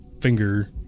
finger